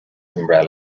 umbrella